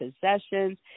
possessions